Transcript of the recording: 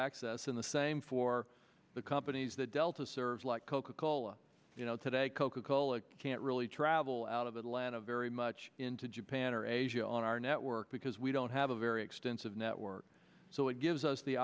access in the same for the companies that delta serves like coca cola you know today coca cola can't really travel out of atlanta very much into japan or asia on our network because we don't have a very extensive network so it gives us the